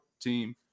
team